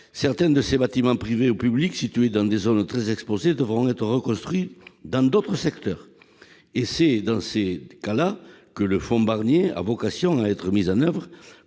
Certains de ces bâtiments privés ou publics, situés dans des zones très exposées, devront être reconstruits dans d'autres secteurs. C'est dans ce genre de cas que le fonds Barnier a vocation à être mis en oeuvre